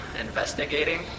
Investigating